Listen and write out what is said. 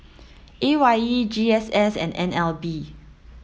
A Y E G S S and N L B